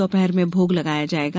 दोपहर में भोग लगाया जायेगा